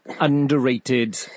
underrated